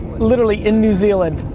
literally, in new zealand.